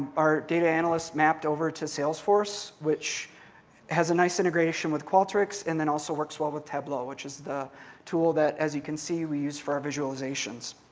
our data analysts mapped over to salesforce, which has a nice integration with qualtrics and then also works well with tableau, which is the tool that, as you can see, we use for our visualizations.